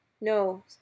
No